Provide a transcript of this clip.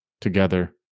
together